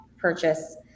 purchase